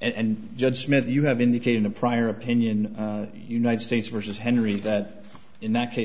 and judge smith you have indicated a prior opinion united states versus henry that in that case